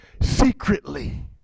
Secretly